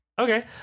Okay